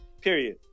Period